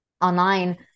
online